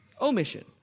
omission